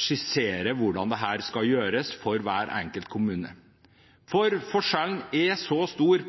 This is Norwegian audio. skissere hvordan dette skal gjøres for hver enkelt kommune, for forskjellen er så stor